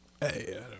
Hey